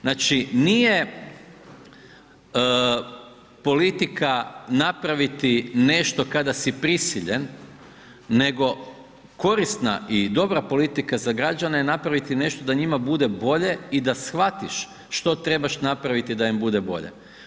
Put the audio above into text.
Znači, nije politika napraviti nešto kada si prisiljen, nego korisna i dobra politika za građane je napraviti nešto da njima bude bolje i da shvatiš što trebaš napraviti da im bude bolje.